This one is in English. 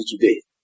today